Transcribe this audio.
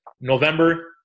November